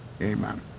Amen